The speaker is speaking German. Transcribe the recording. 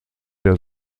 der